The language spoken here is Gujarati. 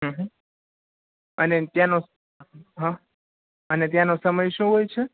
હ હ અને ત્યાંનો હ અને ત્યાંનો સમય શું હોય છે